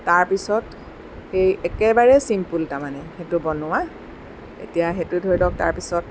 তাৰপিছত এই একেবাৰেই ছিম্পুল তাৰমানে সেইটো বনোৱা এতিয়া সেইটো ধৰি লওঁক তাৰপিছত